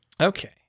Okay